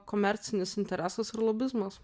komercinis interesas ar lobizmas